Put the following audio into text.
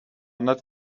not